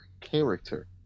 character